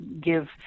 give